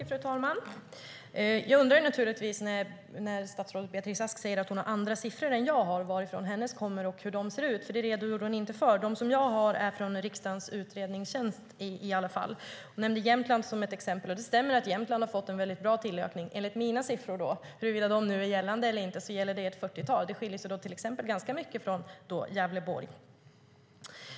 Fru talman! När statsrådet Beatrice Ask säger att hon har andra siffror än jag undrar jag naturligtvis varifrån de kommer och hur de ser ut. Det redogjorde hon inte för. De siffror jag har är i alla fall från riksdagens utredningstjänst. Hon nämnde Jämtland som ett exempel, och det stämmer att Jämtland har fått en väldigt bra tillökning enligt mina siffror, om de nu gäller eller inte. Det handlar om ett fyrtiotal. Det skiljer sig ganska mycket från till exempel Gävleborg.